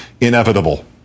inevitable